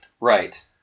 Right